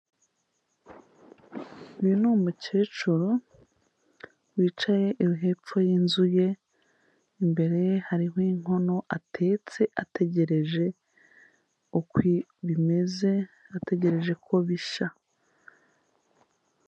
Uyu ni umukecuru wicaye ibi hepfo y'inzu ye, imbere ye hariho inkono atetse ategereje ukwi bimeze, ategereje ko bishya.